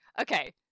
Okay